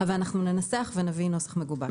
אבל ננסח ונביא נוסח מגובש.